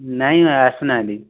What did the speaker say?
ନାଇଁ ଆସୁ ନାହାନ୍ତି